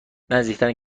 نزدیکترین